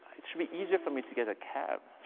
it should be easier for me to get a cab,